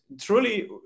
truly